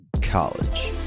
college